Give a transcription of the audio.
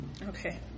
Okay